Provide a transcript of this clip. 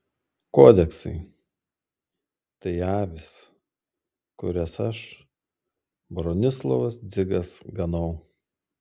kodeksai tai avys kurias aš bronislovas dzigas ganau